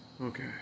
Okay